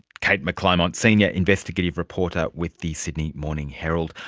kate mcclymont, senior investigative reporter with the sydney morning herald.